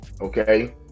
okay